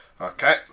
Okay